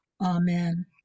Amen